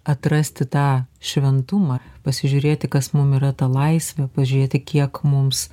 atrasti tą šventumą pasižiūrėti kas mum yra ta laisvė pažėti kiek mums